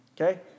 okay